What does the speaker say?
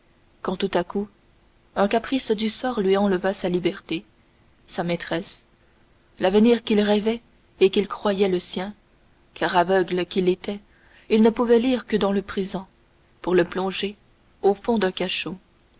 quand tout à coup un caprice du sort lui enleva sa liberté sa maîtresse l'avenir qu'il rêvait et qu'il croyait le sien car aveugle qu'il était il ne pouvait lire que dans le présent pour le plonger au fond d'un cachot